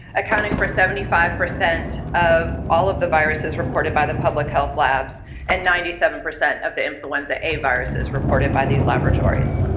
accounting for seventy five percent of all of the viruses reported by the public health labs and ninety five percent of the influenza a viruses reported by these laboratories.